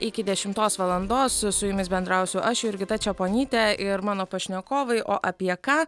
iki dešimtos valandos su jumis bendrausiu aš jurgita čeponytė ir mano pašnekovai o apie ką